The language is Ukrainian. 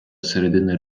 середини